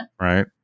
Right